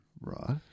Right